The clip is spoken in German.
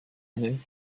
einen